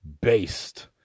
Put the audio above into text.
based